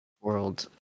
world